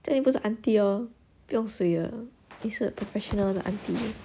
这你不是 aunty lor 不用水的你是 professional 的 aunty